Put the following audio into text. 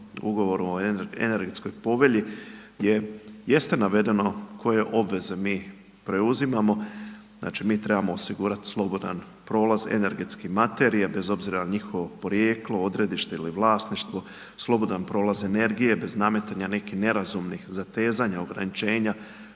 ugovorom o energetskoj povelji, jeste navedeno koje obveze mi preuzimamo, znači mi trebamo osigurati slobodan prolaz energetske materije, bez obzira na njihovo porijeklo, odredište ili vlasništvo, slobodan prolaz energije, bez nametanja nekih nerazumnih natezanja, ograničenja,